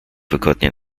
wygodnie